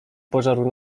pożarł